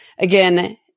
again